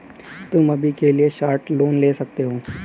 तुम अभी के लिए शॉर्ट लोन ले सकते हो